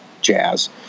jazz